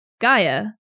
Gaia